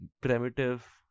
primitive